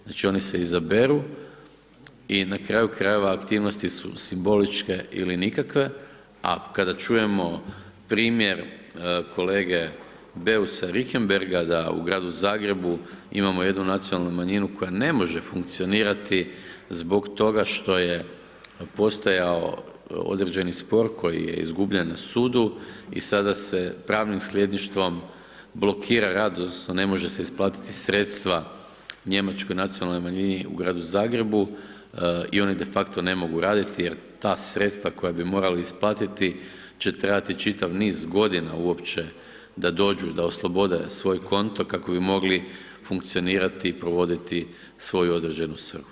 Znači oni se izaberu i na kraju krajeva aktivnosti su simboličke ili nikakve, a kada čujemo primjer kolege Beusa Richembergha da u Gradu Zagrebu imamo jedu nacionalnu manjinu koja ne može funkcionirati zbog toga što je postojao određeni spor koji je izgubljen na sudu i sada se pravnim sljedništvom blokira rad odnosno ne može se isplatiti sredstva Njemačkoj nacionalnoj u Gradu Zagrebu i oni de facto ne mogu raditi jer ta sredstava koja bi morali isplatiti će trajati čitav niz godina uopće da dođu da oslobode svoj konto kako bi mogli funkcionirati i provoditi svoju određenu svrhu.